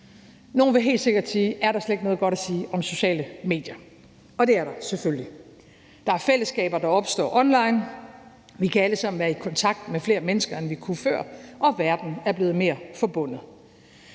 Nogle vil helt sikkert sige: Er der slet ikke noget godt at sige om sociale medier? Det er der selvfølgelig. Der er fællesskaber, der opstår online. Vi kan alle sammen være i kontakt med flere mennesker, end vi kunne før, og verden er blevet mere forbundet.